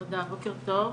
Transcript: תודה, בוקר טוב.